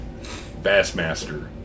Bassmaster